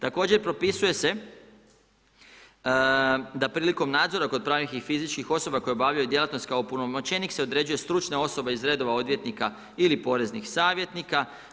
Također propisuje se da prilikom nadzora kod pravnih i fizičkih osoba koje obavljaju djelatnost kao opunomoćenik se određuje stručna osoba iz redova odvjetnika ili poreznih savjetnika.